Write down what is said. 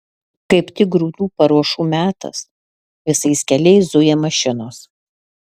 kaip tik grūdų paruošų metas visais keliais zuja mašinos